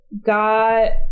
got